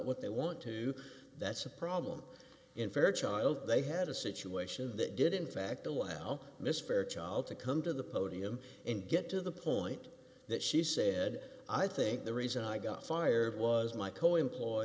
what they want to that's a problem in fairchild they had a situation that did in fact a while miss fairchild to come to the podium and get to the point that she said i think the reason i got fired was my co employ